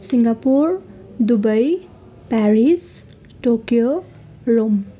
Singapore Dubai Paris Tokyo Rome